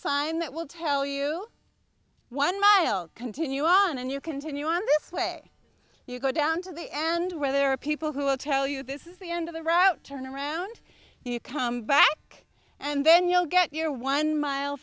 sign that will tell you one mile continue on and you continue on this way you go down to the end where there are people who will tell you this is the end of the route turn around you come back and then you'll get your one mile